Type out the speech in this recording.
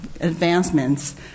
advancements